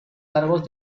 largos